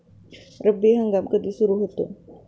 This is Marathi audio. रब्बी हंगाम कधी सुरू होतो?